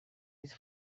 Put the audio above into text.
his